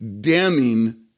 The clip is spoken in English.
damning